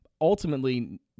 Ultimately